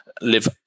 live